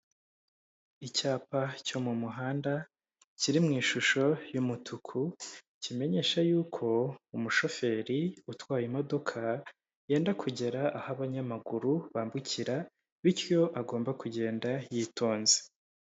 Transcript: Icyapa cyo mu muhanda kiri mu ishusho y'umutuku, kimenyesha y'uko umushoferi utwaye imodoka yenda kugera aho abanyamaguru bambukira bityo agomba kugenda yitonze.